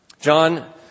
John